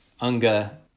UNGA